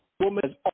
woman